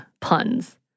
puns